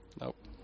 Nope